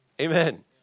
Amen